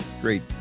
Great